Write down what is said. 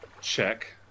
check